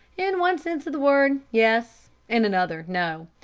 in one sense of the word, yes in another, no.